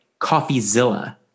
coffeezilla